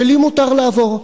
שלי מותר לעבור.